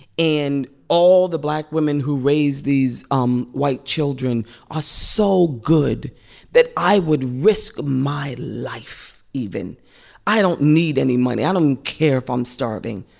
and all the black women who raised these um white children are so good that i would risk my life even i don't need any money. don't and um care if i'm starving.